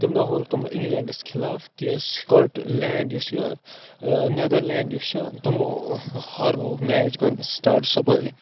تَمہِ دۄہ ہورٕکھ تِمو اِنٛگلینٛڈَس خِلاف کہِ سٕکاٹ لینٛڈ یُس چھِ نٮ۪دَرلینٛڈ یُس چھِ تِمو ہارنووُکھ میچ گۄڈٕنٮ۪تھ سٕٹاٹ